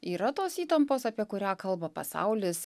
yra tos įtampos apie kurią kalba pasaulis